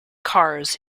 cars